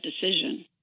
decision